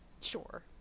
sure